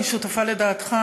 אני שותפה לדעתך,